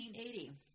1880